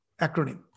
acronym